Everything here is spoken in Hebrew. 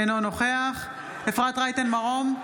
אינו נוכח אפרת רייטן מרום,